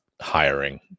hiring